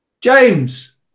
james